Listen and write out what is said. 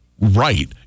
right